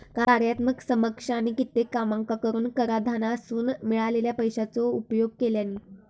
कार्यात्मक समकक्षानी कित्येक कामांका करूक कराधानासून मिळालेल्या पैशाचो उपयोग केल्यानी